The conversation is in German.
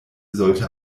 sollte